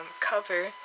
cover